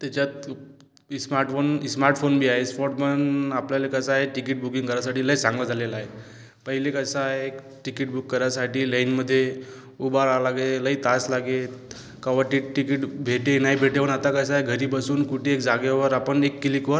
त्याच्यात smartphone smartphone बी आहे स्मार्टफोन आपल्याला कसे आहे तिकिट बुकिंग करायसाठी लय चांगलं झालेलं आहे पहिली कसं आहे तिकिट बुक करायसाठी लईनमध्ये उभं राहावं लागे लय तास लागत कवा टी टीकिट भेटे नाही भेटे पण आता कसं आहे घरी बसून कुठे जागेवर आपण एक किलीकवर